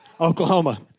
Oklahoma